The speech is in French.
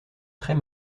très